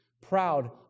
proud